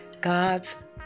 God's